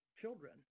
children